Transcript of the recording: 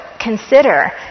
consider